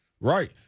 Right